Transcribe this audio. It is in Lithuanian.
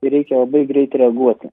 ir reikia labai greit reaguoti